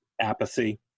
apathy